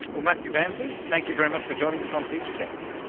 well, matthew bamsey, thank you very much for joining us on future tense.